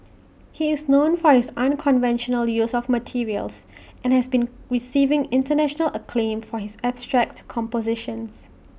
he is known for his unconventional use of materials and has been receiving International acclaim for his abstract compositions